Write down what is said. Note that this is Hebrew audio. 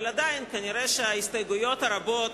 אבל עדיין כנראה ההסתייגויות הרבות